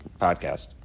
podcast